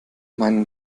meinen